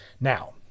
Now